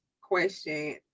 question